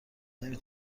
نمی